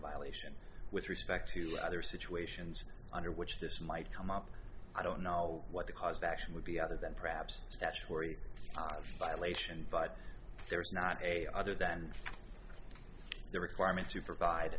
violation with respect to other situations under which this might come up i don't know what the cause of action would be other than perhaps statutory violations but there is not a other than the requirement to provide